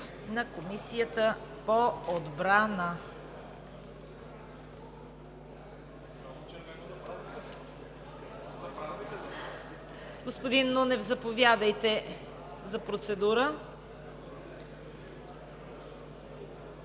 на Комисията по отбрана. Господин Нунев, заповядайте за процедура.